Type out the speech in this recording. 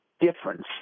difference